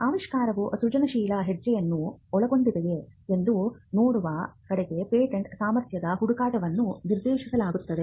ಆವಿಷ್ಕಾರವು ಸೃಜನಶೀಲ ಹೆಜ್ಜೆಯನ್ನು ಒಳಗೊಂಡಿದೆಯೇ ಎಂದು ನೋಡುವ ಕಡೆಗೆ ಪೇಟೆಂಟ್ ಸಾಮರ್ಥ್ಯದ ಹುಡುಕಾಟಗಳನ್ನು ನಿರ್ದೇಶಿಸಲಾಗುತ್ತದೆ